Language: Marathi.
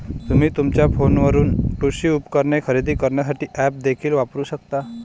तुम्ही तुमच्या फोनवरून कृषी उपकरणे खरेदी करण्यासाठी ऐप्स देखील वापरू शकता